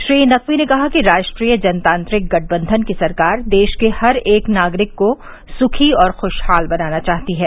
श्री नक्वी ने कहा कि राष्ट्रीय जनतांत्रिक गठबंधन की सरकार देश के हर एक नागरिक को सुखी और खुशहाल बनाना चाहती है